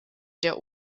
der